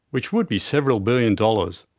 which would be several billion dollars,